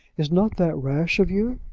is not that rash of you?